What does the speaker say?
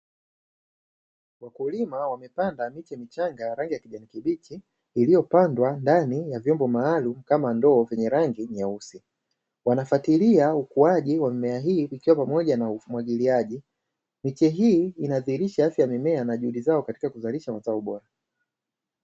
Wakulima wamepanda miti yenye chenga ya rangi ya kijani kibichi iliyopandwa ndani ya vyomboo maalumu kama ndoo vyeny rangi nyeusi, wanafatilia ukuaji wa mimea hii iikiwa pamoja na mfumo wa umwagiliaji. Miche hii inadhihirisha afya ya mimea na juhudi zao katika kuzalisha mazao bora.